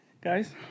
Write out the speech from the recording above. guys